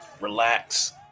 relax